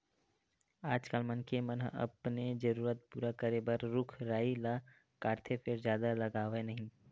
आजकाल मनखे मन ह अपने जरूरत पूरा करे बर रूख राई ल काटथे फेर जादा लगावय नहि